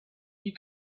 you